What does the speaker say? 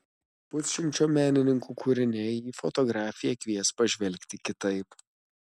pusšimčio menininkų kūriniai į fotografiją kvies pažvelgti kitaip